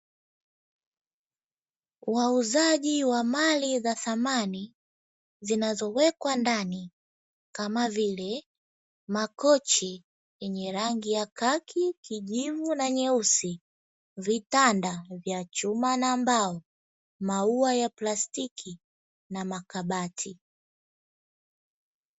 Wauzaji wa mali za samani zinazowekwa ndani, kama vile: makochi yenye rangi ya kakhi, kijivu na nyeusi, vitanda vya chuma na mbao, maua ya plastiki na makabati.